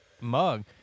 mug